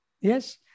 Yes